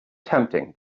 tempting